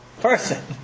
person